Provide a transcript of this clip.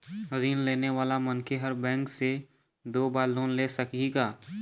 ऋण लेने वाला मनखे हर बैंक से दो बार लोन ले सकही का?